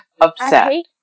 upset